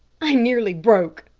i'm nearly broke,